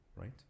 right